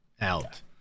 out